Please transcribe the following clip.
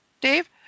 Dave